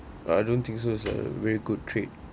uh I don't think so it's a very good trade